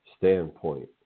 standpoint